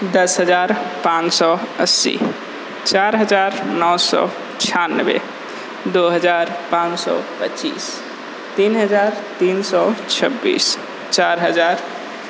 दस हज़ार पाँच सौ अस्सी चार हज़ार नौ सौ छियानवे दो हज़ार पाँच सौ पच्चीस तीन हज़ार तीन सौ छब्बीस चार हज़ार